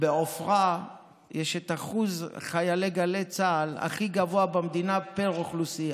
בעופרה יש את אחוז חיילי גלי צה"ל הכי גבוה במדינה פר אוכלוסייה.